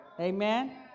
Amen